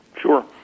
Sure